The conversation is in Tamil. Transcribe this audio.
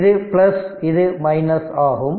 இது பிளஸ் இது மைனஸ் ஆகும்